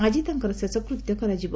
ଆଜି ତାଙ୍କର ଶେଷକୃତ୍ୟ କରାଯିବ